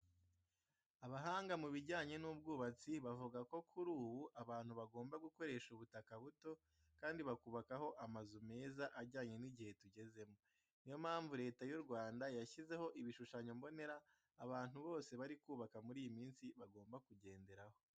Abahanga mu bijyanye n'ubwubatsi bavuga ko kuri ubu, abantu bagomba gukoresha ubutaka buto kandi bakubakaho amazu meza ajyanye n'igihe tugezemo. Niyo mpamvu Leta y'u Rwanda yashyizeho ibishushanyo mbonera abantu bose bari kubaka muri iyi minsi bagomba kugenderaho.